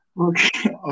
Okay